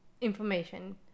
information